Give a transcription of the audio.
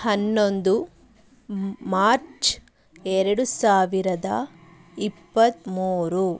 ಹನ್ನೊಂದು ಮಾರ್ಚ್ ಎರಡು ಸಾವಿರದ ಇಪ್ಪತ್ತ್ಮೂರು